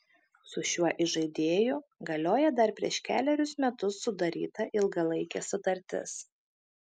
su šiuo įžaidėju galioja dar prieš kelerius metus sudaryta ilgalaikė sutartis